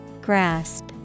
Grasp